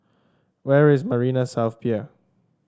where is Marina South Pier